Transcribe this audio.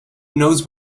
knows